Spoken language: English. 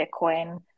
Bitcoin